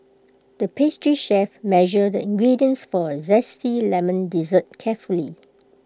the pastry chef measured the ingredients for A Zesty Lemon Dessert carefully